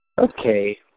Okay